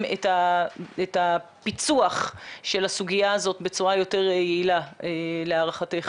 את הפיצוח של הסוגיה הזאת בצורה יותר יעילה להערכתך,